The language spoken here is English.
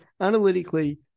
analytically